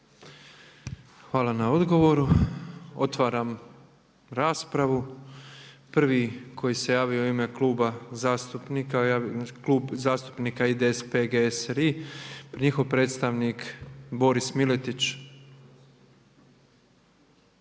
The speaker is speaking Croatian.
Hvala na odgovoru. Otvaram raspravu. Prvi koji se javio u ime kluba zastupnika, klub zastupnika IDS, PGS RI njihov predstavnik Boris Miletić.